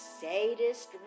sadist